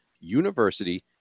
university